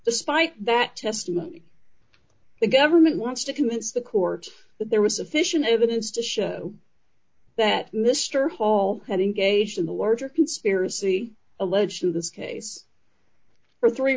despite that testimony the government wants to convince the court that there was sufficient evidence to show that mr hall had engaged in the larger conspiracy alleged in this case for three